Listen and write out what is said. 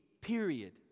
period